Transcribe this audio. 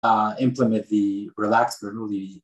Implement the Relaxed Bernoulli